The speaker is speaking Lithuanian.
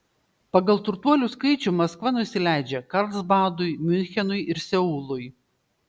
pagal turtuolių skaičių maskva nusileidžia karlsbadui miunchenui ir seului